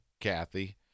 Kathy